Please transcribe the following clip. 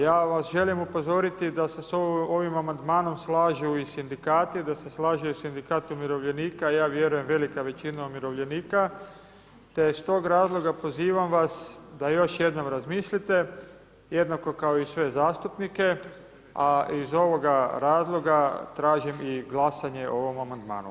Ja vas želim upozoriti da se s ovim amandmanom slažu i sindikati, da se slaže i sindikat umirovljenika, ja vjerujem velika većina umirovljenika te iz tog razloga pozivam vas da još jednom razmislite jednako kao i sve zastupnike a iz ovoga razloga tražim i glasanje o ovom amandmanu.